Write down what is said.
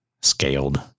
scaled